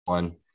one